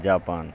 Japan